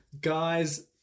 Guys